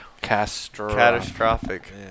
Catastrophic